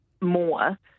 more